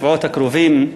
בשבועות הקרובים,